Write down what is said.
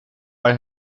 bij